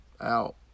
out